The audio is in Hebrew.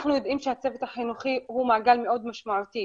אנחנו יודעים שהצוות החינוכי הוא מעגל מאוד משמעותית